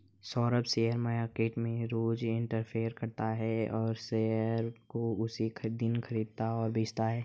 Saurabh share market में रोज investment करता है और शेयर को उसी दिन खरीदता और बेचता है